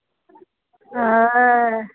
হ্যাঁ